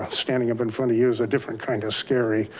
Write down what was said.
ah standing up in front of you is a different kind of scary,